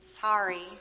sorry